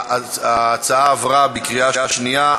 ההצעה עברה בקריאה שנייה.